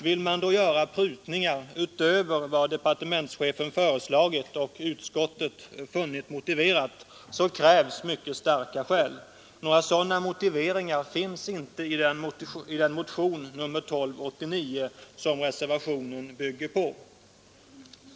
Vill man då göra prutningar utöver vad departementschefen föreslagit och utskottet funnit motiverat krävs mycket starka skäl. Några sådana motiveringar finns inte i den motion 1289 som reservationen bygger på.